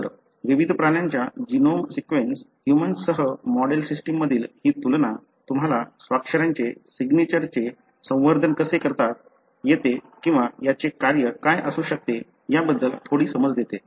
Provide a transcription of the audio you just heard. तर विविध प्राण्यांच्या जीनोम सीक्वेन्स ह्यूमन्ससह मॉडेल सिस्टम मधील ही तुलना तुम्हाला स्वाक्षऱ्यांचे संवर्धन कसे करता येते किंवा याचे कार्य काय असू शकते याबद्दल थोडी समज देते